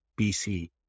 BC